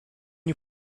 you